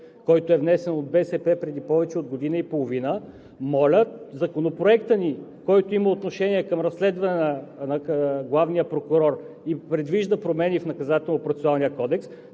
от „БСП за България“ преди повече от година и половина, моля Законопроектът ни, който има отношение към разследване на главния прокурор и предвижда промени в Наказателно-процесуалния кодекс,